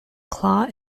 claw